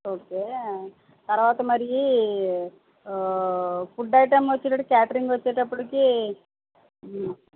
okay తర్వాత మరి ఆ ఫుడ్ ఐటమ్ వచ్చేటప్పుటికి క్యాటరింగ్ వచ్చేటప్పుటికి